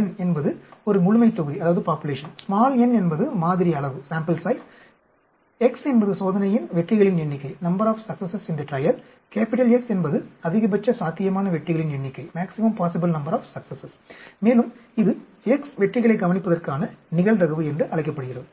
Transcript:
N என்பது ஒரு முழுமைத்தொகுதி n என்பது மாதிரி அளவு x என்பது சோதனையின் வெற்றிகளின் எண்ணிக்கை S என்பது அதிகபட்ச சாத்தியமான வெற்றிகளின் எண்ணிக்கை மேலும் இது x வெற்றிகளைக் கவனிப்பதற்கான நிகழ்தகவு என்று அழைக்கப்படுகிறது